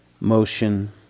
motion